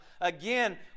again